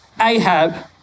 Ahab